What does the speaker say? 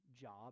job